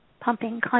pumping